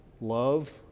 Love